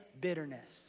bitterness